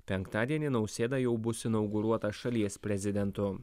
penktadienį nausėda jau bus inauguruotas šalies prezidentu